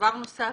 דבר נוסף